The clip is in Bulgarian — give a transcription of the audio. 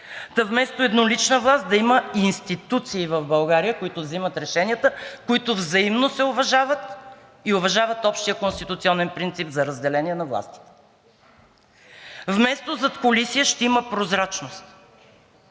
вместо еднолична власт да има институции в България, които взимат решенията, които взаимно се уважават и уважават общия конституционен принцип за разделение на властите. Вместо задкулисие ще има прозрачност,